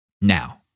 Now